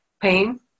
pain